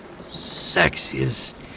sexiest